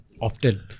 often